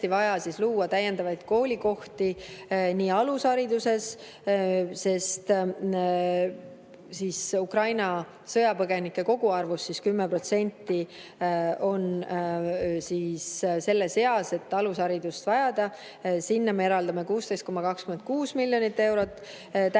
vaja luua täiendavaid koolikohti alushariduses, sest Ukraina sõjapõgenike koguarvust 10% on selles eas, et alusharidust vajada. Sinna me eraldame 16,26 miljonit eurot. Täiendavad